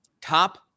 Top